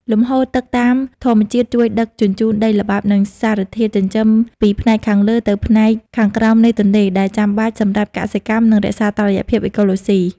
លំហូរទឹកតាមធម្មជាតិជួយដឹកជញ្ជូនដីល្បាប់ និងសារធាតុចិញ្ចឹមពីផ្នែកខាងលើទៅផ្នែកខាងក្រោមនៃទន្លេ ដែលចាំបាច់សម្រាប់កសិកម្ម និងរក្សាតុល្យភាពអេកូឡូស៊ី។